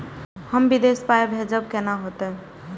हम विदेश पाय भेजब कैना होते?